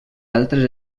altres